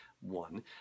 one